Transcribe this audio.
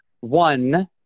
one